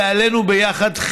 ועלינו ביחד,